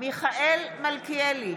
מיכאל מלכיאלי,